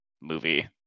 movie